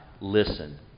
listen